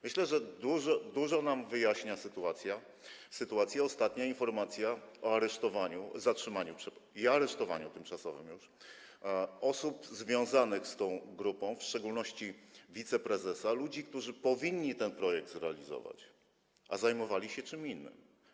Myślę, że dużo nam wyjaśnia ta sytuacja, ostatnia informacja o zatrzymaniu i aresztowaniu tymczasowym osób związanych z tą grupą, w szczególności wiceprezesa, ludzi, którzy powinni ten projekt zrealizować, a zajmowali się czym innym.